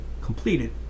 completed